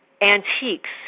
antiques